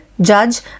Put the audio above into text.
judge